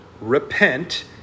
repent